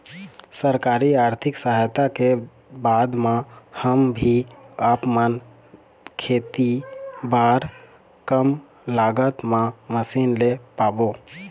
सरकारी आरथिक सहायता के बाद मा हम भी आपमन खेती बार कम लागत मा मशीन ले पाबो?